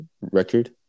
Record